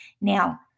Now